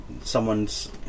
someone's